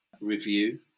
review